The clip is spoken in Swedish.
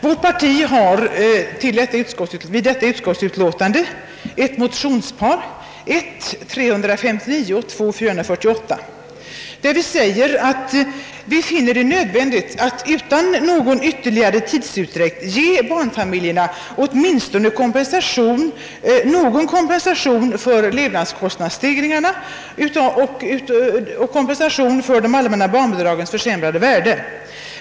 Vårt parti har i detta utskottsutlåtande ett motionspar, I:359 och II: 448, där vi säger att det är nödvändigt att utan någon ytterligare tidsutdräkt ge barnfamiljerna åtminstone någon kompensation för levnadskostnadsstegringarna och kompensation för försämringen av de allmänna barnbidragens värde.